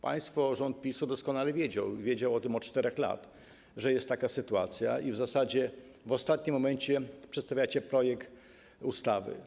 Państwo, rząd PiS-u doskonale wiedział, wiedział o tym od 4 lat, że jest taka sytuacja, i w zasadzie w ostatnim momencie przedstawiacie projekt ustawy.